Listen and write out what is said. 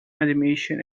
admission